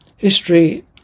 History